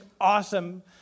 awesome